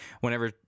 whenever